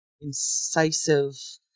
incisive